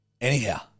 Anyhow